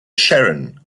sharon